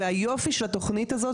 והיופי של התכנית הזו,